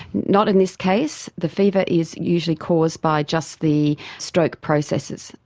not in this case. the fever is usually caused by just the stroke processes.